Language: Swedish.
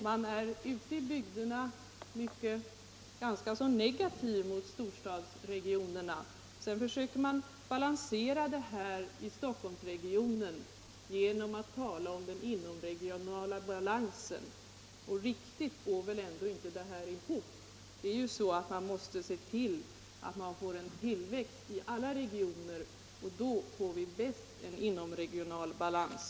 Man är ute i bygderna ganska negativ mot storstadsregionerna. Sedan försöker man balansera det i Stockholmsregionen genom att tala om den inomregionala balansen. Riktigt går väl detta ändå inte ihop. Man måste ju se till att vi får en tillväxt i alla regioner. Då får vi bäst en inomregional balans.